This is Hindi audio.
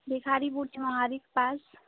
बिहारी पूज महादी के पास